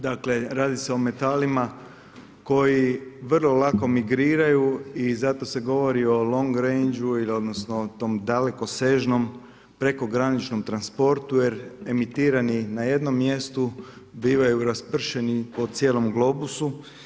Dakle, radi se o metalima koji vrlo lako migriraju i zato se govori o long rangeu odnosno tom dalekosežnom prekograničnom transportu jer emitirani na jednom mjestu bivaju raspršeni po cijelom globusu.